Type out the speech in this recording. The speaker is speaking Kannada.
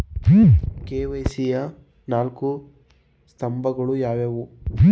ಕೆ.ವೈ.ಸಿ ಯ ನಾಲ್ಕು ಸ್ತಂಭಗಳು ಯಾವುವು?